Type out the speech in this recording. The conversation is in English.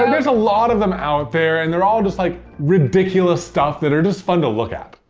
and there's a lot of them out there and they're all just like ridiculous stuff that are just fun to look at.